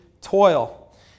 toil